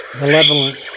Malevolent